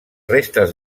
restes